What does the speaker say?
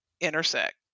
intersect